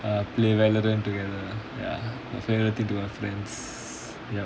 err play reverlent together my favourite thing to do with my friends